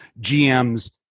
GMs